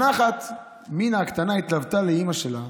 שנה אחת מינה הקטנה התלוותה לאימא שלה